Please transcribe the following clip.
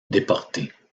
déportés